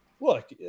look